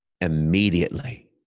immediately